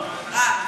אה,